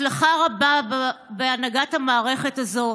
הצלחה רבה בהנהגת המערכת הזו.